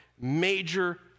major